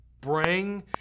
Bring